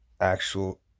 actual